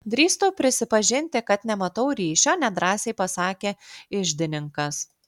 drįstu prisipažinti kad nematau ryšio nedrąsiai pasakė iždininkas